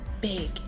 big